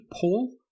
Paul